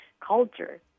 culture